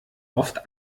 oft